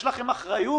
יש לכם אחריות